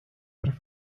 arv